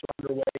underway